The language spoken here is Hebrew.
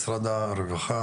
משרד הרווחה,